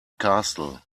castle